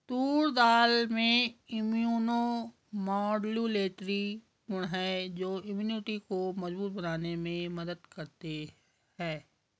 तूर दाल में immunomodulatory गुण हैं जो इम्यूनिटी को मजबूत बनाने में मदद करते है